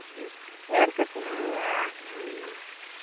hair ᱠᱟᱴᱤᱝ ᱟᱜ